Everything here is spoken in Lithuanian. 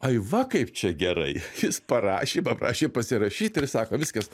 tai va kaip čia gerai jis parašė paprašė pasirašyti ir sako viskas